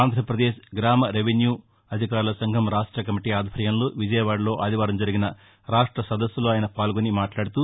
ఆంధ్రాప్రదేశ్ గ్రామ రెవిన్యూ అధికారుల సంఘం రాష్ట్ర కమిటీ ఆధ్వర్యంలో విజయవాడలో ఆదివారం జరిగిన రాష్ట్ర సదస్సులో ఆయన పాల్గొని మాట్లాడుతూ